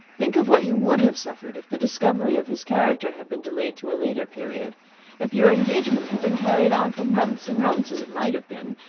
think of what you would have suffered if the discovery of his character had been delayed to a later period if your engagement had been carried on for months and months, as it might have been,